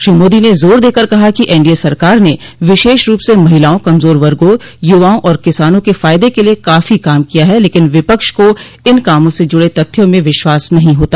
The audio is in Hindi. श्री मोदी ने जोर देकर कहा कि एनडीए सरकार ने विशेष रूप से महिलाओं कमजोर वर्गों युवाओं और किसानों के फायदे के लिये काफी काम किया है लेकिन विपक्ष को इन कामों से जुड़े तथ्यों में विश्वास नहीं होता